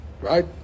right